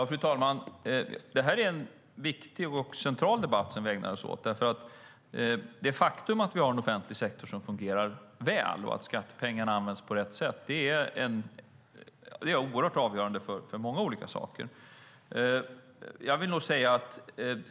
Fru talman! Det är en viktig och central debatt vi ägnar oss åt. Det faktum att vi har en offentlig sektor som fungerar väl och att skattepengarna används på rätt sätt är oerhört avgörande för många olika saker.